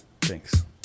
thanks